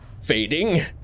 fading